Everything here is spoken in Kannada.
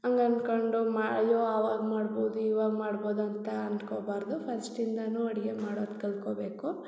ಹಂಗ್ ಅನ್ಕೊಂಡು ಮಾ ಅಯ್ಯೋ ಅವಾಗ ಮಾಡ್ಬೌದು ಇವಾಗ ಮಾಡ್ಬೌದು ಅಂತ ಅಂದ್ಕೋಬಾರ್ದು ಫಸ್ಟಿಂದಲೂ ಅಡುಗೆ ಮಾಡೋದು ಕಲ್ತ್ಕೊಬೇಕು